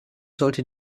sollte